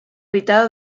editado